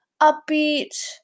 upbeat